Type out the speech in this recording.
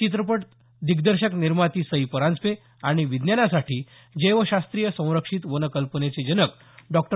चित्रपट दिग्दर्शक निर्माती सई परांजपे आणि विज्ञानासाठी जैवशास्त्रीय संरक्षित वन कल्पनेचे जनक डॉक्टर